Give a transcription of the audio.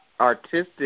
artistic